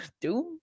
Doom